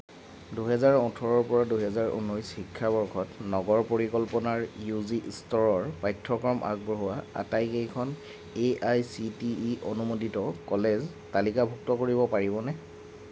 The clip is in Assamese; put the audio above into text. দুই হাজাৰ ওঠৰ পৰা দুই হাজাৰ উনৈছ শিক্ষাবৰ্ষত নগৰ পৰিকল্পনাৰ ইউ জি স্তৰৰ পাঠ্যক্ৰম আগবঢ়োৱা আটাইকেইখন A I C T E অনুমোদিত কলেজ তালিকাভুক্ত কৰিব পাৰিবনে